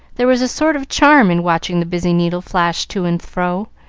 there was a sort of charm in watching the busy needle flash to and fro,